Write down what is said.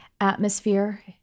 atmosphere